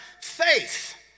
faith